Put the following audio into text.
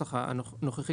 הנוסח הנוכחי,